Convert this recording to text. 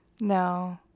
No